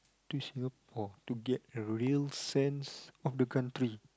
true Singapore to get a real sense of the country